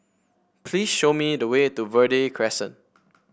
please show me the way to Verde Crescent